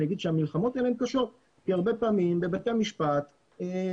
אני אגיד שהמלחמות האלה הן קשות כי הרבה פעמים בבתי המשפט כשהרוחות